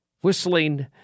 whistling